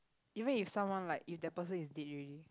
even if someone like that person is dead already